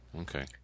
Okay